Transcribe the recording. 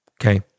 Okay